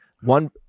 One